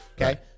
Okay